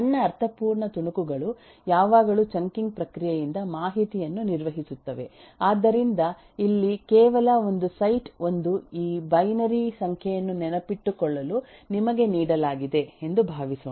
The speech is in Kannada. ಸಣ್ಣ ಅರ್ಥಪೂರ್ಣ ತುಣುಕುಗಳು ಯಾವಾಗಲೂ ಚಂಕಿಂಗ್ ಪ್ರಕ್ರಿಯೆಯಿಂದ ಮಾಹಿತಿಯನ್ನು ನಿರ್ವಹಿಸುತ್ತವೆ ಆದ್ದರಿಂದ ಇಲ್ಲಿ ಕೇವಲ ಒಂದು ಸೈಟ್ ಒಂದು ಈ ಬೈನರಿ ಸಂಖ್ಯೆಯನ್ನು ನೆನಪಿಟ್ಟುಕೊಳ್ಳಲು ನಿಮಗೆ ನೀಡಲಾಗಿದೆ ಎಂದು ಭಾವಿಸೋಣ